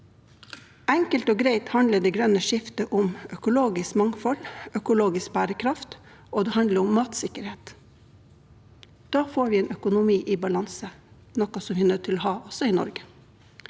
Enkelt og greit handler det grønne skiftet om økologisk mangfold og bærekraft, og det handler om matsikkerhet. Da får vi en økonomi i balanse, noe vi er nødt til å ha også i Norge.